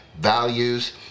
values